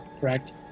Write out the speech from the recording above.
Correct